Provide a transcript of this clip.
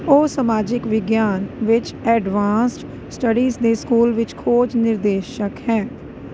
ਉਹ ਸਮਾਜਿਕ ਵਿਗਿਆਨ ਵਿੱਚ ਐਡਵਾਂਸਡ ਸਟੱਡੀਜ਼ ਦੇ ਸਕੂਲ ਵਿੱਚ ਖੋਜ ਨਿਰਦੇਸ਼ਕ ਹੈ